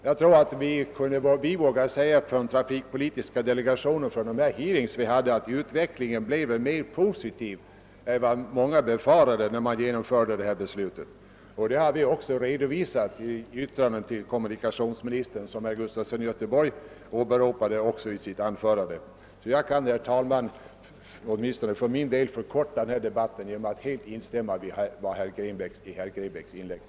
Jag tror att vi i trafikpolitiska delegationen kan säga att utvecklingen efter de hearings vi hade blev mera positiv än många befarade när riksdagsbeslutet fattades. Detta har vi också redovisat i det yttrande till kommunikationsministern som herr Gustafson i Göteborg åberopade i sitt anförande. Jag kan därför begränsa mig till att instämma med herr Grebäck.